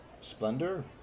Splendor